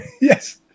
Yes